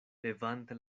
levante